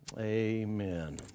amen